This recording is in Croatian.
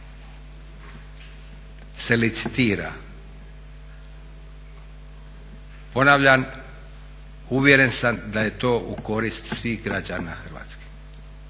se licitira. Ponavljam, uvjeren sam da je to u korist svih građana Hrvatske.